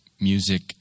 music